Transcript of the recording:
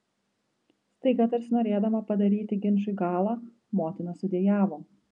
staiga tarsi norėdama padaryti ginčui galą motina sudejavo